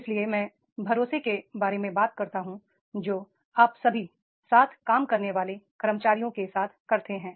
इसलिए मैं भरोसे के बारे में बात करता हूं जो आप सभी साथ काम करने वाले कर्मचारियों के साथ करते हैं